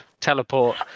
Teleport